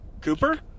Cooper